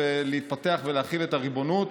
להתפתח ולהחיל את הריבונות.